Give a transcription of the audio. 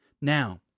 Now